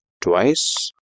twice